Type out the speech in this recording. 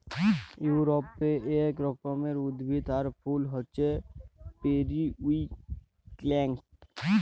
ইউরপে এক রকমের উদ্ভিদ আর ফুল হচ্যে পেরিউইঙ্কেল